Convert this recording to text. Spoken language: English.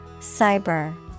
Cyber